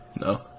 No